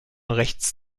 rechts